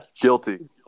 Guilty